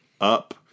up